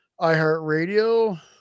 iHeartRadio